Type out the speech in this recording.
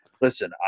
Listen